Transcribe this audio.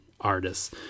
artists